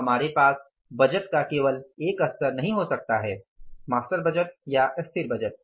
हमारे पास बजट का केवल एक स्तर नहीं हो सकता है मास्टर बजट या स्थिर बजट